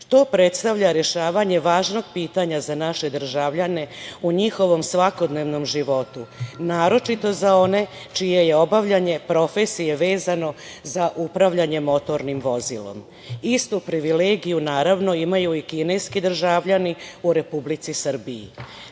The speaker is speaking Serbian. predstavlja rešavanje važnog pitanja za naše državljane u njihovom svakodnevnom životu, naročito za one čije je obavljanje profesije vezano za upravljanje motornim vozilom. Istu privilegiju, naravno, imaju i kineski državljani u Republici